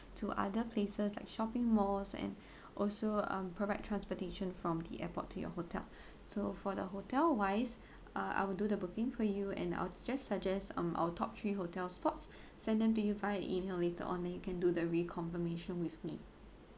to other places like shopping malls and also um provide transportation from the airport to your hotel so for the hotel wise uh I would do the booking for you and I will just suggest um our top three hotels' spots send them to you via email later on then you can do the reconfirmation with me